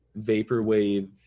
vaporwave